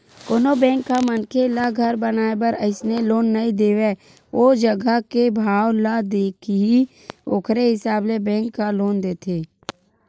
कोनो बेंक ह मनखे ल घर बनाए बर अइसने लोन नइ दे देवय ओ जघा के भाव ल देखही ओखरे हिसाब ले बेंक ह लोन देथे